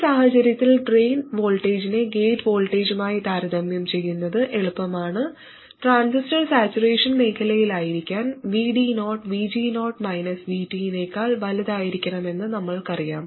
ഈ സാഹചര്യത്തിൽ ഡ്രെയിൻ വോൾട്ടേജിനെ ഗേറ്റ് വോൾട്ടേജുമായി താരതമ്യം ചെയ്യുന്നത് എളുപ്പമാണ് ട്രാൻസിസ്റ്റർ സാച്ചുറേഷൻ മേഖലയിലായിരിക്കാൻ VD0 നേക്കാൾ വലുതായിരിക്കണമെന്ന് നമ്മൾക്കറിയാം